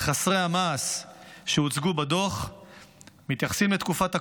חסרי המעש שהוצגו בדוח מתייחסים לתקופת הקורונה,